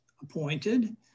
appointed